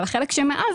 והחלק שמעל,